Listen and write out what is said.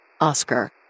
Oscar